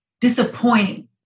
disappointing